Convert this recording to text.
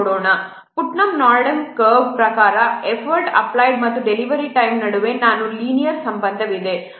Putnam Norden Rayleigh curve ಪ್ರಕಾರ effort applied ಮತ್ತು delivery time ನಡುವೆ ನಾನ್ ಲೀನಿಯರ್ ಸಂಬಂಧವಿದೆ